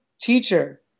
teacher